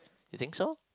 you think so